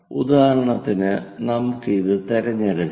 ഉദാഹരണത്തിന് നമുക്ക് ഇത് തിരഞ്ഞെടുക്കാം